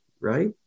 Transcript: right